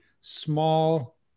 small